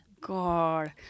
God